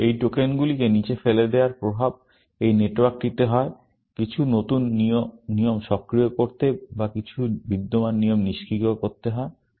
মূলত এই টোকেনগুলিকে নীচে ফেলে দেওয়ার প্রভাব এই নেটওয়ার্কটিতে হয় কিছু নতুন নিয়ম সক্রিয় করতে বা কিছু বিদ্যমান নিয়ম নিষ্ক্রিয় করতে হয়